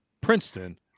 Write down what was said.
Princeton